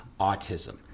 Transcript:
autism